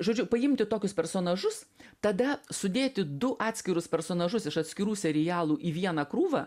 žodžiu paimti tokius personažus tada sudėti du atskirus personažus iš atskirų serialų į vieną krūvą